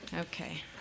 Okay